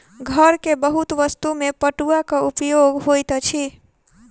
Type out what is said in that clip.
घर के बहुत वस्तु में पटुआक उपयोग होइत अछि